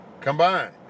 combined